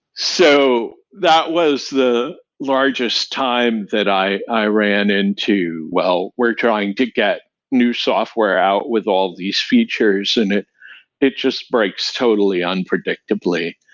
so, that was the largest time that i i ran into well, we're trying to get new software out with all these features, and it it just breaks totally unpredictably.